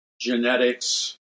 genetics